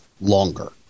longer